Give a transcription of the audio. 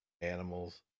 Animals